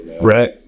right